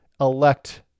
elect